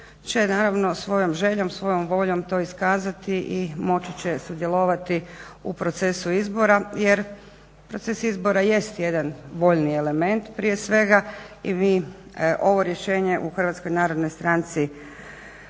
će naravno svojom željom, svojom voljom to iskazati i moći će sudjelovati u procesu izbora. Jer proces izbora jest jedan voljni element prije svega i mi ovo rješenje u Hrvatskoj narodnoj stranci